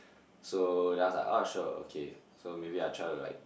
so then I was like ah sure okay so maybe I try to like